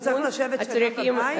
אז הוא צריך לשבת שנה בבית?